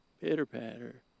pitter-patter